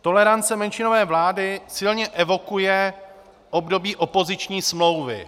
Tolerance menšinové vlády silně evokuje období opoziční smlouvy.